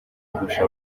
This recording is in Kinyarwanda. kurusha